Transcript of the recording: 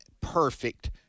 perfect